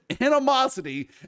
animosity